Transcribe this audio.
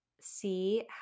see